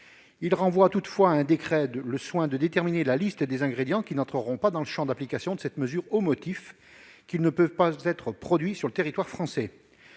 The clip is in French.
il renvoie à un décret le soin de déterminer la liste des ingrédients qui n'entreront pas dans le champ d'application de cette mesure, au motif qu'ils ne peuvent pas être produits sur le territoire français.